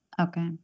okay